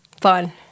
Fun